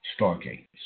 stargates